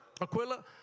Aquila